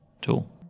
tool